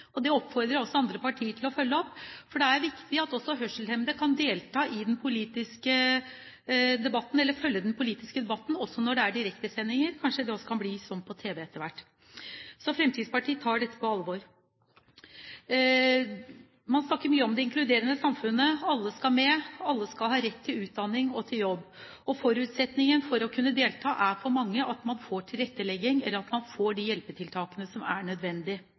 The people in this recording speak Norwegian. Det oppfordrer jeg andre partier til å følge opp, for det er viktig at også hørselshemmede kan følge den politiske debatten – også når det er direktesendinger. Kanskje det også kan bli sånn på tv etter hvert. Så Fremskrittspartiet tar dette på alvor. Man snakker mye om det inkluderende samfunnet. Alle skal med, alle skal ha rett til utdanning og jobb. Forutsetningen for å kunne delta er for mange at man får tilrettelegging, eller at man får de hjelpetiltakene som er nødvendig.